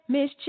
Miss